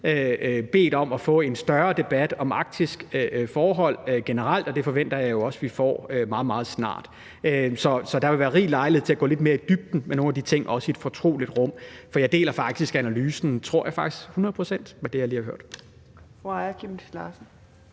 bedt om at få en større debat om arktiske forhold generelt, og det forventer jeg også vi får meget, meget snart. Så der vil være rig lejlighed til at gå lidt mere i dybden med nogle af de ting, også i et fortroligt rum, for jeg tror faktisk, jeg hundrede procent kan sige, at jeg deler analysen, jeg lige har hørt.